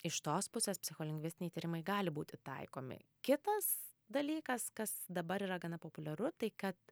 iš tos pusės psicholingvistiniai tyrimai gali būti taikomi kitas dalykas kas dabar yra gana populiaru tai kad